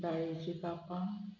दाळीची कापां